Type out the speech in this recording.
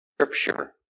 Scripture